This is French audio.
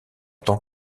tant